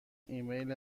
ایمیل